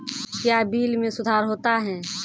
क्या बिल मे सुधार होता हैं?